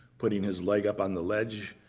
putting his leg up on the ledge.